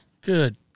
Good